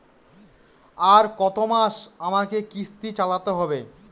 আর কতমাস আমাকে কিস্তি চালাতে হবে?